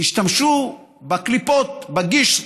השתמשו בקליפות, בגישר,